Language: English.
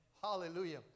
Hallelujah